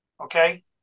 okay